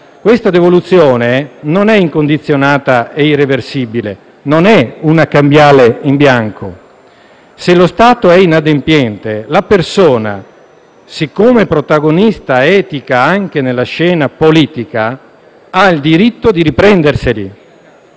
Questa devoluzione non è incondizionata e irreversibile, non è una cambiale in bianco: se lo Stato è inadempiente, la persona, siccome protagonista etica anche nella scena politica, ha il diritto di riprenderseli.